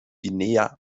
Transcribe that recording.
guinea